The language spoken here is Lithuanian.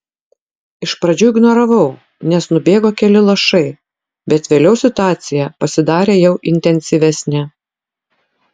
iš pradžių ignoravau nes nubėgo keli lašai bet vėliau situacija pasidarė jau intensyvesnė